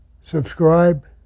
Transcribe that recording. subscribe